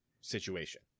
situation